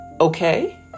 okay